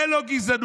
זה לא גזענות.